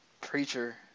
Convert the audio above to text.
preacher